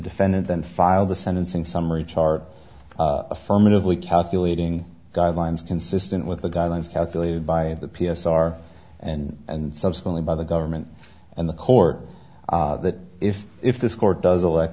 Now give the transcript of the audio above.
defendant then filed the sentencing summary chart affirmatively calculating guidelines consistent with the guidelines calculated by the p s r and and subsequently by the government and the court that if if this court does elect